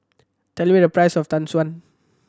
tell me the price of Tau Suan